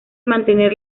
mantener